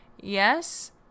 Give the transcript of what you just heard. yes